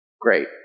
great